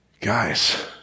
Guys